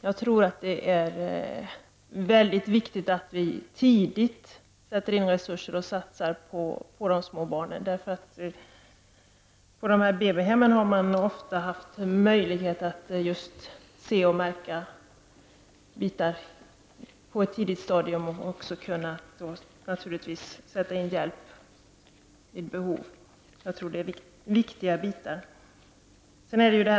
Jag tror att det är mycket viktigt att vi tidigt sätter in resurser och satsar på de små barnen. På BB hemmen har man ofta haft en möjlighet att lägga märke till saker på ett tidigt stadium och även att kunna sätta in hjälp vid behov. Jag tror att det är viktigt.